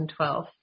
2012